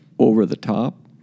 over-the-top